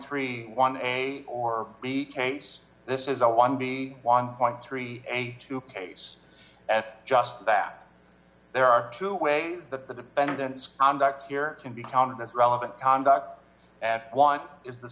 three one a or b case this is a one b one point three two pages just that there are two ways that the defendant's conduct here can be counted as relevant conduct as one is the